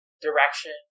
direction